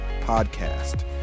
podcast